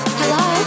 hello